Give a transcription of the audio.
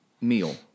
meal